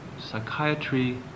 psychiatry